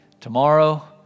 tomorrow